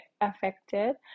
affected